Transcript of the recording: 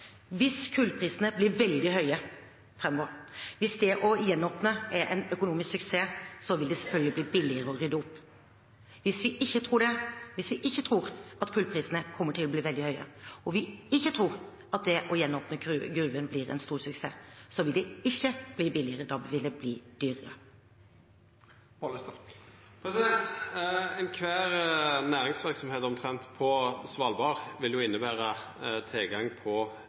Hvis kullprisene blir veldig høye framover, hvis det å gjenåpne er en økonomisk suksess, vil det selvfølgelig bli billigere å rydde opp. Hvis de ikke blir det, hvis kullprisene ikke kommer til å bli veldig høye, og det å gjenåpne gruven ikke blir en stor suksess, vil det ikke bli billigere. Da vil det bli dyrere. Omtrent kvar ei næringsverksemd på Svalbard vil innebera tilgang på